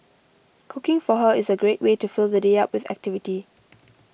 cooking for her is a great way to fill the day up with activity